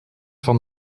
van